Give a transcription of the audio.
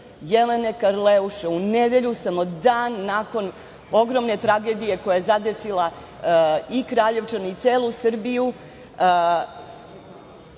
Jelene Karleuše u nedelju, samo dan nakon ogromne tragedije koja je zadesila i Kraljevčane i celu Srbiju.